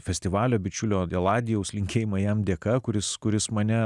festivalio bičiulio genadijaus linkėjimai jam dėka kuris kuris mane